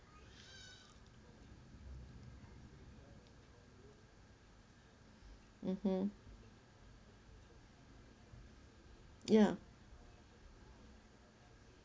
mmhmm ya